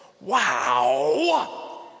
Wow